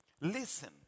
listen